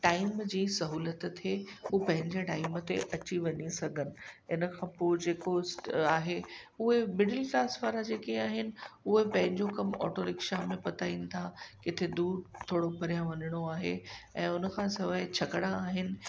time जी सहुलत थिए हू पंहिंजे टाइम ते अची वञी सघनि त इन खां पोइ जेको आहे उहे मिडिल क्लास वारा जेके आहिनि उहे पंहिंजो कमु ऑटोरिक्शा में पताइनि था किथे दूरि थोरो परियां वञिणो आहे ऐं उन खां सवाइ छकड़ा आहिनि